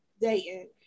dating